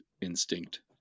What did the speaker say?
instinct